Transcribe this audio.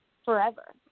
Forever